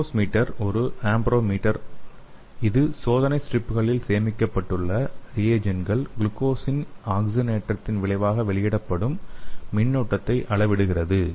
glucose meter ஒரு amperometer இது சோதனை ஸ்ட்ரிப்களில் சேமிக்கப்பட்டுள்ள ரியேஜன்ட்கள் குளுக்கோஸின் ஆக்சிஜனேற்றத்தின் விளைவாக வெளியிடும் மின்னோட்டத்தை அளவிடுகிறது